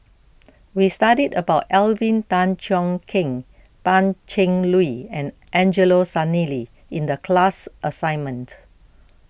we studied about Alvin Tan Cheong Kheng Pan Cheng Lui and Angelo Sanelli in the class assignment